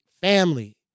family